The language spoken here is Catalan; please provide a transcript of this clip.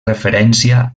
referència